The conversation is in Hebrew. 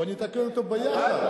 בוא נתקן אותו יחד.